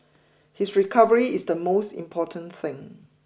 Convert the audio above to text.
his recovery is the most important thing